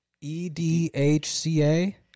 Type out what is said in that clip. E-D-H-C-A